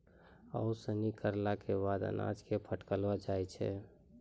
ओसौनी करला केरो बाद अनाज क फटकलो जाय छै